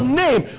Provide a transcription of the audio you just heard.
name